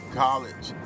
college